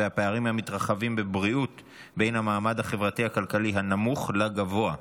והפערים המתרחבים בבריאות בין המעמד החברתי-כלכלי הנמוך לגבוה.